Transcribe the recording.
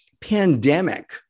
pandemic